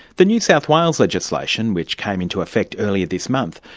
the new south wales legislation, which came into effect earlier this month,